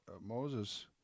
Moses